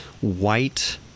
white